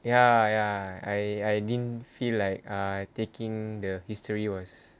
ya ya I I didn't feel like uh taking the history was